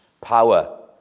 power